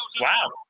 Wow